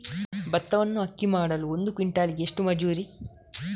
ಭತ್ತವನ್ನು ಅಕ್ಕಿ ಮಾಡಲು ಒಂದು ಕ್ವಿಂಟಾಲಿಗೆ ಎಷ್ಟು ಮಜೂರಿ?